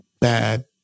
bad